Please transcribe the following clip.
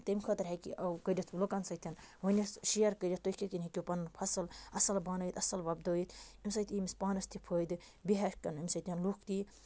تَمہِ خٲطرٕ ہٮ۪کہِ یہِ کٔرِتھ لُکَن سۭتۍ ؤنِتھ شِیَر کٔرِتھ تُہۍ کِتھ کٔنۍ ہیٚکِو پَنُن فصٕل اَصٕل بَنٲیِتھ اَصٕل وۄپدٲیِتھ اَمہِ سۭتۍ یی أمِس پانَس تہِ فٲیدٕ بیٚیہِ ہٮ۪کَن اَمہِ سۭتۍ لُکھ تہِ یہِ